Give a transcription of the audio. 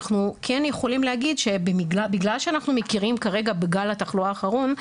אנחנו כן יכולים להגיד שבגלל שאנחנו מכירים כרגע בגל התחלואה האחרון,